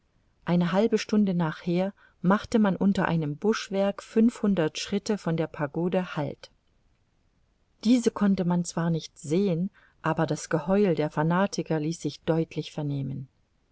eine halbe stunde nachher machte man unter einem buschwerk fünfhundert schritte von der pagode halt diese konnte man zwar nicht sehen aber das geheul der fanatiker ließ sich deutlich vernehmen